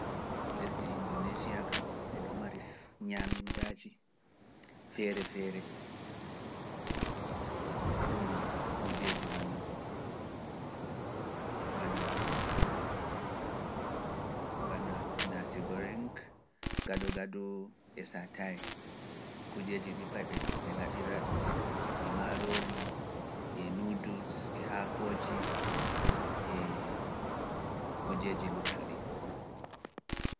Lesdi Inndoniisiya kam e ɗon mari fee- nyaaminndaaji feere-feere, e ɗon kuujeeji bana, bana, bana nasigorink, gado-gado e saataay, kuujeeji ɗii pat ɓe - ɓe ngaɗira-ɗi e maaroori e noodles e haakooji eh, e kuujeeji luttuɗi.